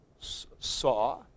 saw